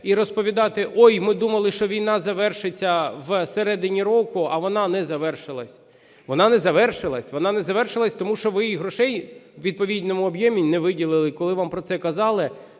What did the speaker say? і розповідати, ой, ми думали, що війна завершиться всередині року, а вона не завершилась. Вона не завершилась. Вона не завершилась, тому що ви їй грошей у відповідному об'ємі не виділили, коли вам про це казали,